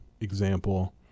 example